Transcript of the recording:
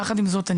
יחד עם זאת,